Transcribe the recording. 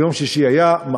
של יום שישי, היה מאמר